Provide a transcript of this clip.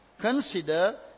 consider